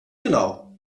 genau